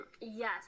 Yes